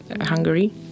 Hungary